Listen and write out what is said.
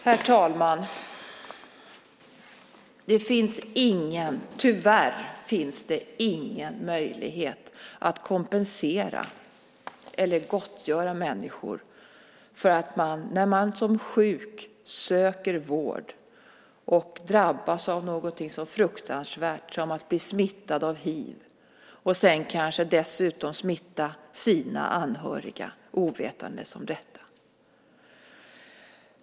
Herr talman! Tyvärr finns det ingen möjlighet att kompensera eller gottgöra människor när man som sjuk söker vård och drabbas av något så fruktansvärt som att bli smittad av hiv och sedan kanske dessutom smittar sina anhöriga ovetande om detta.